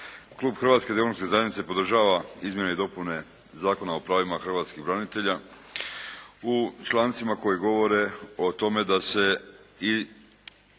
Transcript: Klub Hrvatske demokratske zajednice podržava izmjene i dopune Zakona o pravima hrvatskih branitelja u člancima koji govore o tome da se i